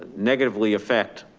negatively affect,